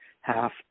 half